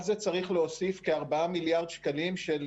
על זה צריך להוסיף כארבעה מיליארד שקלים של